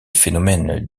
phénomènes